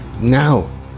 Now